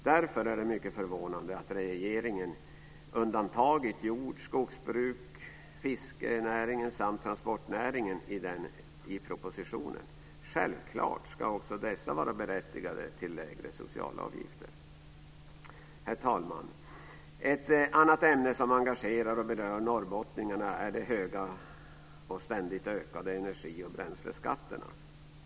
Därför är det mycket förvånande att regeringen har undantagit jord-och skogsbruk, fiskenäringen samt transportnäringen i propositionen. Självfallet är också dessa berättigade till lägre socialavgifter. Herr talman! Ett annat ämne som engagerar och berör norrbottningarna är de höga och ständigt ökade energi och bränsleskatterna.